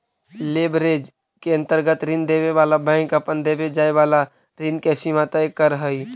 leverage के अंतर्गत ऋण देवे वाला बैंक अपन देवे जाए वाला ऋण के सीमा तय करऽ हई